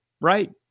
right